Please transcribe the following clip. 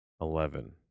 eleven